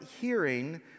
hearing